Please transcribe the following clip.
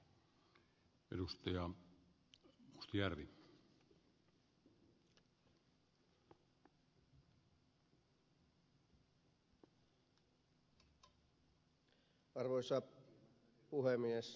arvoisa puhemies